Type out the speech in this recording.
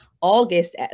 August